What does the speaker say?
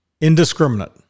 indiscriminate